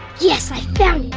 yes, i found